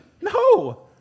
No